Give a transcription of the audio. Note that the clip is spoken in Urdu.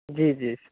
جی جی سر